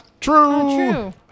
True